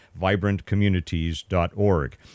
VibrantCommunities.org